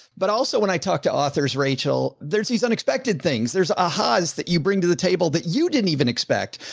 but also when i talk to authors, rachel, there's these unexpected things, there's ah ha's that you bring to the table that you didn't even expect.